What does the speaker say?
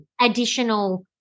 additional